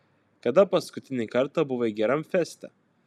kada paskutinį kartą buvai geram feste